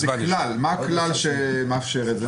מה הכלל שמאפשר את זה?